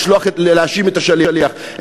להאשים את השליח,